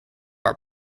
our